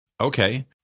Okay